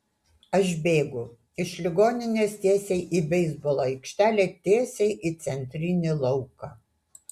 aš bėgu iš ligoninės tiesiai į beisbolo aikštelę tiesiai į centrinį lauką